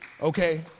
Okay